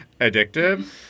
addictive